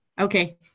Okay